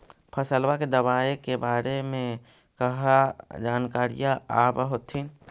फसलबा के दबायें के बारे मे कहा जानकारीया आब होतीन?